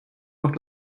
noch